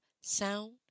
sound